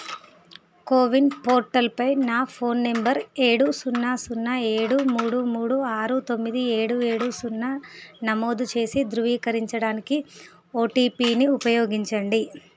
CoWIN పోర్టల్పై నా phone number ఏడు సున్నా సున్నా ఏడు మూడు మూడు ఆరు తొమ్మిది ఏడు ఏడు సున్నా నమోదు చేసి ధృవీకరరించడానికి ఓటీపీని ఉపయోగించండి